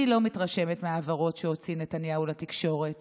אני לא מתרשמת מההבהרות שהוציא נתניהו לתקשורת